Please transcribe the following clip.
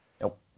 Nope